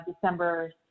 december